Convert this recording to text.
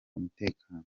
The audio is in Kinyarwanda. umutekano